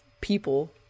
people